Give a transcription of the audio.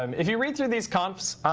um if you read through these comps,